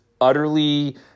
utterly